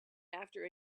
after